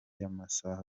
y’amasaha